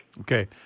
Okay